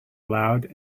loud